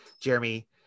jeremy